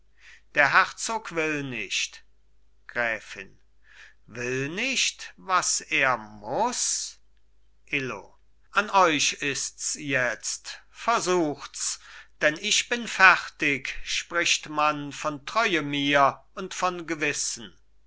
der herzog will nicht gräfin will nicht was er muß illo an euch ists jetzt versuchts denn ich bin fertig spricht man von treue mir und von gewissen